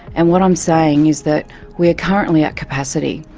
and what i'm saying is that we're currently at capacity.